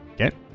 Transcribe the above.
Okay